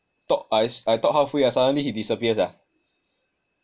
talk I I talk halfway ah suddenly he disappear ah